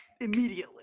Immediately